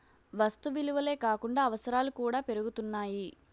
వస్తు విలువలే కాకుండా అవసరాలు కూడా పెరుగుతున్నాయి